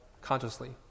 consciously